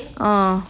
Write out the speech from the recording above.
ah